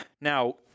now